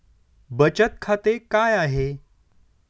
बचत खाते काय आहे?